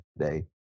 today